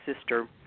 sister